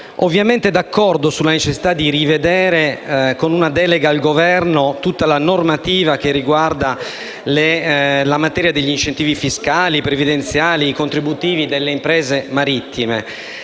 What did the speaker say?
ovviamente d'accordo sulla necessità di rivedere con una delega al Governo tutte le normative che riguardano la materia degli incentivi fiscali, previdenziali e contributivi delle imprese marittime,